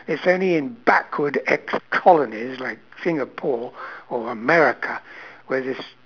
it's only in backward ex-colonies like singapore or america where this